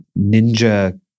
ninja